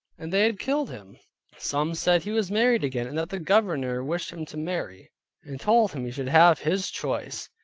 and they had killed him some said he was married again, and that the governor wished him to marry and told him he should have his choice,